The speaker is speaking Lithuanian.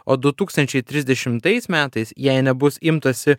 o du tūkstančiai trisdešimtais metais jei nebus imtasi